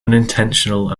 unintentional